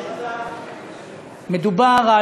מדובר,